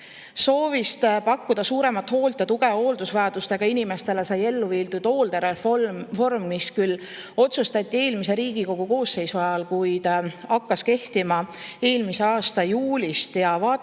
Soovist pakkuda suuremat hoolt ja tuge hooldusvajadusega inimestele sai ellu viidud hooldereform, mis küll otsustati eelmise Riigikogu koosseisu ajal, kuid hakkas kehtima eelmise aasta juulist. Vaatamata